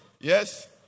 Yes